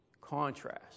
contrast